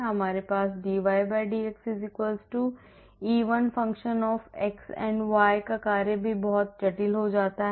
तो आपके पास dydx even function of x and y का कार्य भी बहुत जटिल हो सकता है